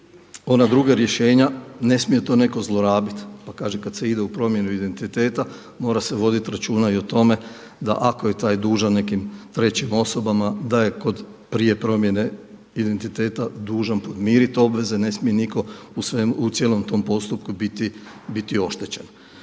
ona druga rješenja, ne smije to neko zlorabiti. Pa kaže kada se ide u promjenu identiteta mora se voditi računa i o tome da ako je taj dužan nekim trećim osobama da je kod prije promjene identiteta dužan podmiriti obveze, ne smije nitko u cijelom tom postupku biti oštećen.